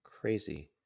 crazy